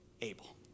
able